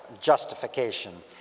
justification